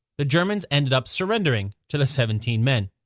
the germans ended up surrendering to the seventeen men.